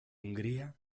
hungría